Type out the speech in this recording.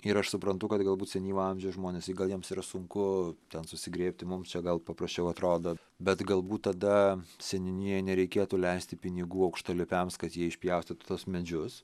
ir aš suprantu kad galbūt senyvo amžiaus žmonės jei gal jiems yra sunku ten susigrėbti mum čia gal paprasčiau atrodo bet galbūt tada seniūnijai nereikėtų leisti pinigų aukštalipiams kad jie išpjaustytus tuos medžius